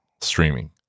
streaming